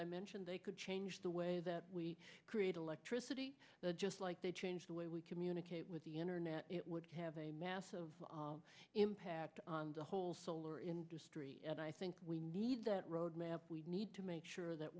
i mentioned they could change the way that we create electricity just like they change the way we communicate with the internet it would have a mass of impact on the whole solar industry and i think we need that roadmap we need to make sure that